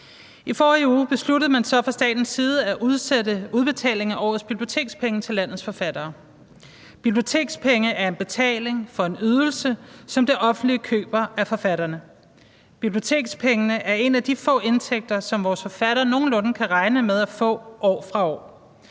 I forrige uge besluttede man så fra statens side at udsætte udbetalingen af årets bibliotekspenge til landets forfattere. Bibliotekspenge er en betaling for en ydelse, som det offentlige køber af forfatterne. Bibliotekspengene er en af de få indtægter, som vores forfattere nogenlunde kan regne med at få år for år,